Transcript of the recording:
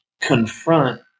confront